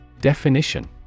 Definition